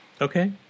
Okay